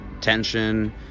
tension